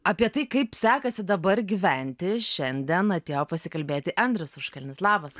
apie tai kaip sekasi dabar gyventi šiandien atėjo pasikalbėti andrius užkalnis labas